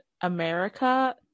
america